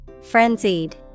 Frenzied